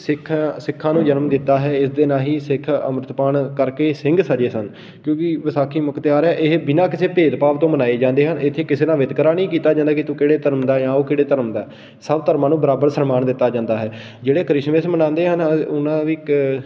ਸਿੱਖ ਸਿੱਖਾਂ ਨੂੰ ਜਨਮ ਦਿੱਤਾ ਹੈ ਇਸ ਦੇ ਰਾਹੀਂ ਸਿੱਖ ਅੰਮ੍ਰਿਤਪਾਨ ਕਰਕੇ ਸਿੰਘ ਸਜੇ ਸਨ ਕਿਉਂਕਿ ਵਿਸਾਖੀ ਮੁੱਖ ਤਿਉਹਾਰ ਹੈ ਇਹ ਬਿਨਾਂ ਕਿਸੇ ਭੇਦਭਾਵ ਤੋਂ ਮਨਾਏ ਜਾਂਦੇ ਹਨ ਇੱਥੇ ਕਿਸੇ ਨਾਲ ਵਿਤਕਰਾ ਨਹੀਂ ਕੀਤਾ ਜਾਂਦਾ ਕਿ ਤੂੰ ਕਿਹੜੇ ਧਰਮ ਦਾ ਜਾਂ ਉਹ ਕਿਹੜੇ ਧਰਮ ਦਾ ਸਭ ਧਰਮਾਂ ਨੂੰ ਬਰਾਬਰ ਸਨਮਾਨ ਦਿੱਤਾ ਜਾਂਦਾ ਹੈ ਜਿਹੜੇ ਕ੍ਰਿਸ਼ਮਸ ਮਨਾਉਂਦੇ ਹਨ ਉਹਨਾਂ ਵੀ ਕ